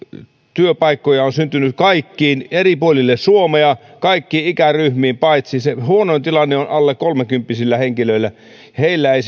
työpaikkoja on syntynyt eri puolille suomea kaikkiin ikäryhmiin paitsi se huonoin tilanne on alle kolmekymppisillä henkilöillä heillä työllistymiskehitys ei